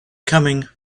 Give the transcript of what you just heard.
coming